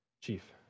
chief